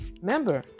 Remember